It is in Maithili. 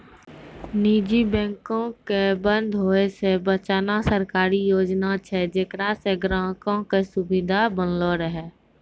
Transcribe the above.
निजी बैंको के बंद होय से बचाना सरकारी योजना छै जेकरा से ग्राहको के सुविधा बनलो रहै